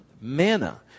manna